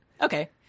Okay